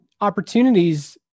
opportunities